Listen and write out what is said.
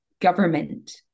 government